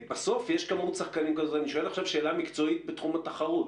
בסוף יש כמות שחקנים ואני שואל עכשיו שאלה מקצועית בתחום התחרות.